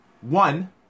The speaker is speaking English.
one